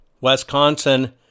Wisconsin